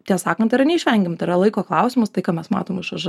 tiesą sakant tai yra neišvengiama tai yra laiko klausimas